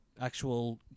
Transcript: actual